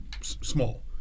small